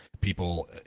People